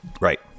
Right